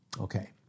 Okay